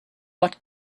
what